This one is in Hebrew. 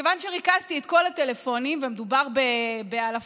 ומכיוון שריכזתי את כל הטלפונים, ומדובר באלפים,